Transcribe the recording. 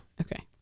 Okay